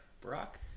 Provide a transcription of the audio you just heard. Brock